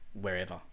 wherever